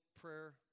prayer